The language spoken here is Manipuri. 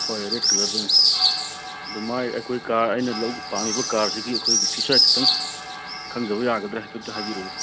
ꯍꯣꯏ ꯔꯦꯗ ꯀꯂꯔꯗꯅꯤ ꯑꯗꯨ ꯃꯥꯒꯤ ꯑꯩꯈꯣꯏ ꯀꯥꯔ ꯑꯩꯅ ꯂꯧꯕ ꯄꯥꯝꯃꯤꯕ ꯀꯥꯔꯁꯤꯒꯤ ꯑꯩꯈꯣꯏꯒꯤ ꯐꯤꯆꯔ ꯈꯤꯇꯪ ꯈꯪꯖꯕ ꯌꯥꯒꯗ꯭ꯔ ꯍꯥꯏꯐꯦꯠꯇ ꯍꯥꯏꯕꯤꯔꯛꯎꯕ